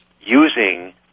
using